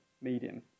medium